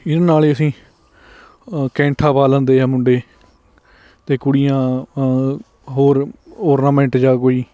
ਇਹਦੇ ਨਾਲ ਹੀ ਅਸੀਂ ਕੈਂਠਾ ਪਾ ਲੈਂਦੇ ਹੈ ਮੁੰਡੇ ਅਤੇ ਕੁੜੀਆਂ ਹੋਰ ਓਰਨਾਮੈਂਟ ਜਾਂ ਕੋਈ